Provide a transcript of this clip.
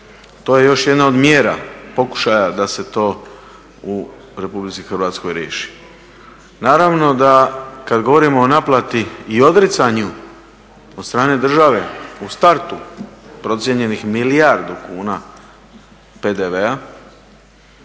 To je još jedna od mjera pokušaja da se to u RH riješi. Naravno da kad govorimo o naplati i odricanju od strane države u startu procijenjenih milijardu kuna PDV-a